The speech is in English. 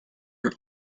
are